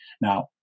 now